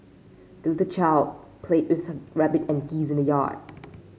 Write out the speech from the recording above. the little child played with her rabbit and geese in the yard